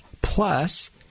plus